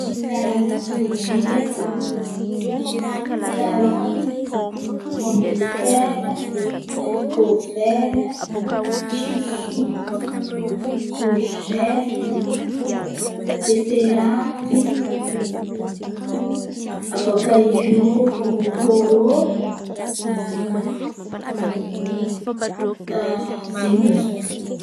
Karazan̈a legioma haiko: karôty, pomadetera, harikô vera, sosoty, korzety, beteravy abôkà eo poarô. Zen̈y no azoko on̈ono.